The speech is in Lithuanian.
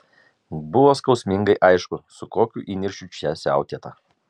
buvo skausmingai aišku su kokiu įniršiu čia siautėta